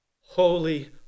holy